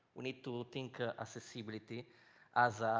we need to think ah accessibility as